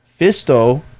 Fisto